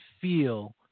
feel